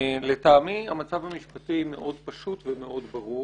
לטעמי המצב המשפטי מאוד פשוט ומאוד ברור,